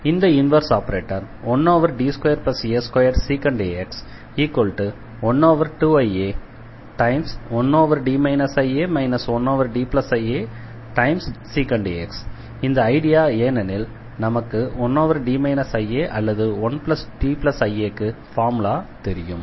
இந்த inverse operator 1D2a2sec ax 12ia1D ia 1Diasec ax இந்த idea ஏனெனில் நமக்கு 1D ia அல்லது 1Diaக்கு ஃபார்முலா தெரியும்